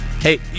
Hey